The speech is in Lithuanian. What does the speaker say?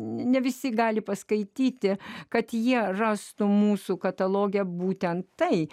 ne visi gali paskaityti kad jie rastų mūsų kataloge būtent tai